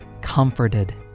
comforted